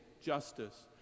justice